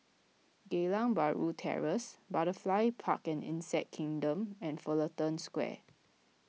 Geylang Bahru Terrace Butterfly Park and Insect Kingdom and Fullerton Square